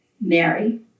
Mary